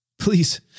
Please